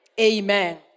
Amen